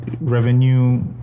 revenue